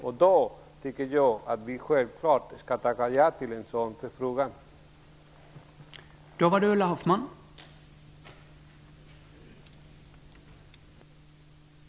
Jag tycker att vi självklart skall tacka ja till en förfrågan från dem.